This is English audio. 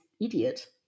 idiot